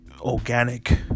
organic